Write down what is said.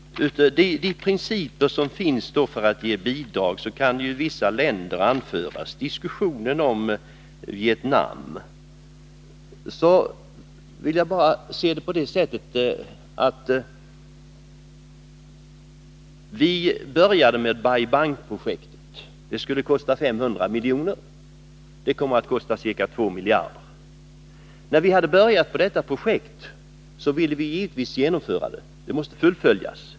Enligt de principer som finns för bidrag kan vissa länder anföras. När det gäller diskussionen om Vietnam vill jag framhålla att vi började med Bai Bang-projektet. Det skulle kosta 500 milj.kr. Det kommer att kosta ca 2 miljarder kronor. När vi hade börjat med detta projekt, ville vi givetvis genomföra det.